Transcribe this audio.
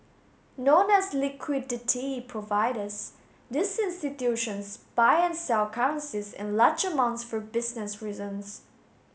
known as liquidity providers these institutions buy and sell currencies in large amounts for business reasons